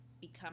become